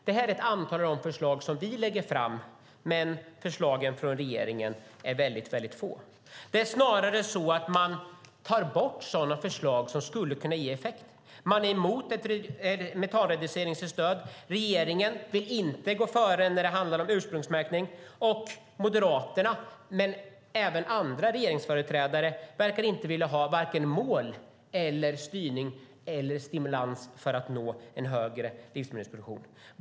Det här är ett antal av de förslag som vi lägger fram, men förslagen från regeringen är väldigt få. Det är snarare så att man tar bort sådana förslag som skulle kunna ge effekt. Man är emot ett metanreduceringsstöd. Regeringen vill inte gå före när det handlar om ursprungsmärkning. Och Moderaterna, men även andra regeringsföreträdare, verkar inte vilja ha vare sig mål, styrning eller stimulans för att nå en högre livsmedelsproduktion.